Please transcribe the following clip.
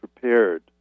prepared